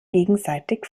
gegenseitig